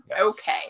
Okay